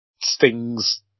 Sting's